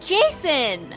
Jason